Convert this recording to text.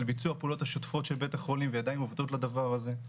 על ביצוע הפעולות השוטפות של בית החולים ועדיין עובדות לדבר הזה,